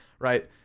right